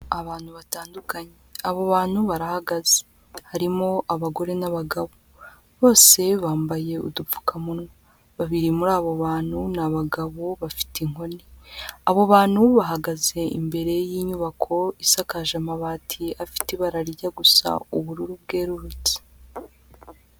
Abantu batandukanye, abo bantu barahagaze, harimo abagore n'abagabo, bose bambaye udupfukamunwa, babiri muri abo bantu ni abagabo bafite inkoni, abo bantu bahagaze imbere y'inyubako isakaje amabati, afite ibara rijya gusa ubururu bwerurutse.